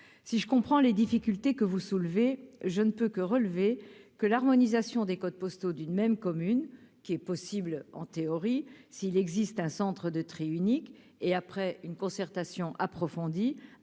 si je comprends les difficultés que vous soulevez je ne peut que relever que l'harmonisation des codes postaux d'une même commune qui est possible, en théorie, s'il existe un centre de tri unique et après une concertation approfondie